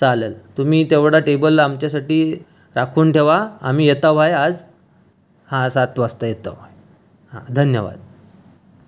चालेल तुम्ही तेवढा टेबल आमच्यासाठी राखून ठेवा आम्ही येतो आहे आज हा सात वाजता येतो हा धन्यवाद